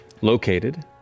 located